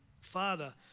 father